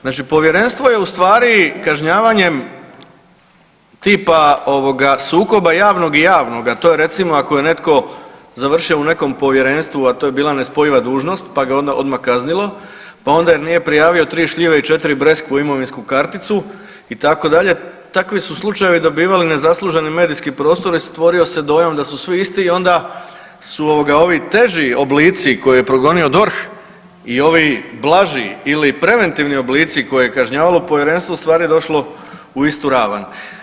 Znači Povjerenstvo je u stvari kažnjavanjem tipa ovoga sukoba javnog i javnoga, to je recimo ako je netko završio u nekom Povjerenstvu, a to je bila nespojiva dužnost, pa ga onda odmah kaznilo, pa onda nije prijavio ti šljive i 4 breskve u imovinsku karticu i tako dalje, takvi su slučajevi dobivali nezasluženi medijski prostor i stvorio se dojam da su svi isti i onda su ovi teži oblici koje je progonio DORH i ovi blaži ili preventivni oblici koje je kažnjavalo Povjerenstvo je u stvari došlo u istu ravan.